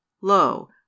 lo